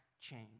change